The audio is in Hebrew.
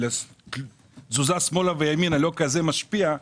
אז תזוזה שמאלה וימינה לא כל-כך משפיעה,